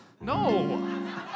no